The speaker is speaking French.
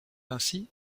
ainsi